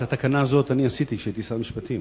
את התקנה הזאת אני עשיתי כשהייתי שר המשפטים,